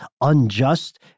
unjust